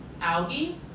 algae